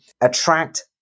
attract